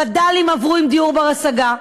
וד"לים עברו עם דיור בר-השגה,